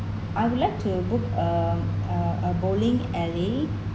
I would like to book um uh a bowling alley